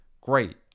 Great